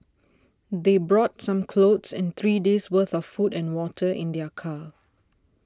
they brought some clothes and three days' worth of food and water in their car